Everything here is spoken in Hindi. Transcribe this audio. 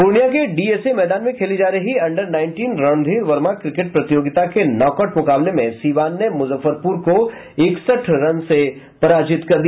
पूर्णिया के डीएसए मैदान में खेली जा रही under nineteen Randhir Verma cricket प्रतियोगिता के नॉक आउट मुकाबले में सीवान ने मुजफ्फरपुर को इकसठ रन से पराजित कर दिया